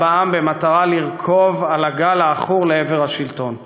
בעם במטרה לרכוב על הגל העכור לעבר השלטון.